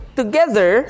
together